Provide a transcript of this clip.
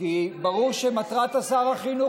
כי ברור שמטרת שר החינוך,